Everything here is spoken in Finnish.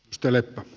kiitoksia